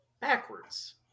backwards